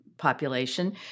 population